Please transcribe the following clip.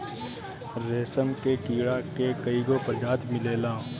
रेशम के कीड़ा के कईगो प्रजाति मिलेला